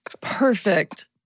perfect